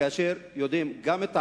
כאשר יודעים גם את העבר,